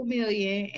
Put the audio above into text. million